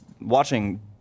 watching